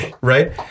Right